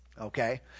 Okay